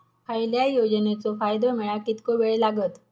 कसल्याय योजनेचो फायदो मेळाक कितको वेळ लागत?